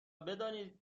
بدانید